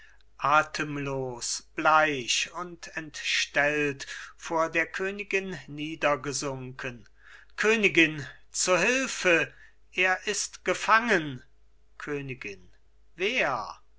atemlos bleich und entstellt vor der königin niedergesunken königin zu hülfe er ist gefangen königin wer